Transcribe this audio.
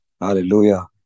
Hallelujah